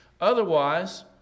Otherwise